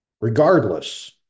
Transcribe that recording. Regardless